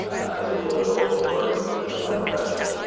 as a political dork that is my profession